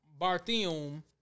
Barthium